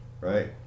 right